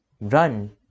run